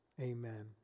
amen